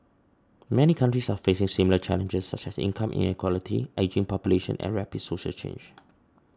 many countries are facing similar challenges such as income inequality ageing population and rapid social change